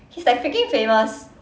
he's like freaking famous